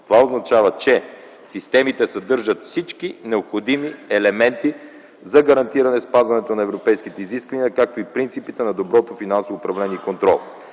Това означава, че системите съдържат всички необходими елементи за гарантиране спазването на европейските изисквания, както и принципите на доброто финансово управление и контрол.